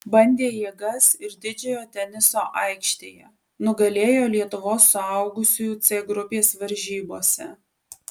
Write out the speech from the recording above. bandė jėgas ir didžiojo teniso aikštėje nugalėjo lietuvos suaugusiųjų c grupės varžybose